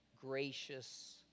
gracious